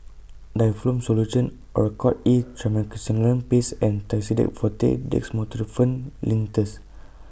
Difflam Solution Oracort E Triamcinolone Paste and Tussidex Forte Dextromethorphan Linctus